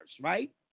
right